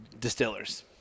Distillers